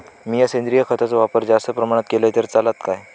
मीया सेंद्रिय खताचो वापर जास्त प्रमाणात केलय तर चलात काय?